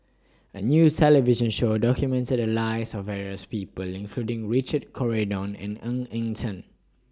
A New television Show documented The Lives of various People including Richard Corridon and Ng Eng Teng